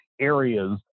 areas